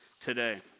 today